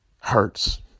hurts